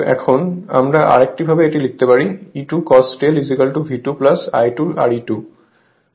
এখন আমরা আরেক ভাবে লিখতে পারি E2 cos ∂ V2 I2 Re2